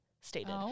stated